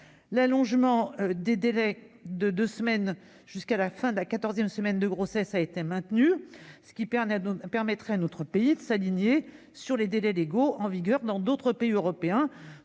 L'allongement du délai de recours à l'IVG, de quinze jours, jusqu'à la fin de la quatorzième semaine de grossesse, a été maintenu, ce qui permettrait à notre pays de s'aligner sur les délais légaux en vigueur dans d'autres États européens.